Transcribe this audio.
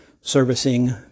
servicing